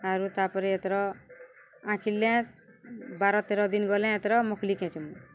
ଆରୁ ତା'ପରେ ଏତର ଆଖିର୍ଲେ ବାର ତେର ଦିନ୍ ଗଲେ ଏତେର ମକ୍ଲି କେଚ୍ମୁ